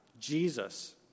Jesus